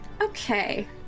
Okay